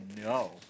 no